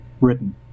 written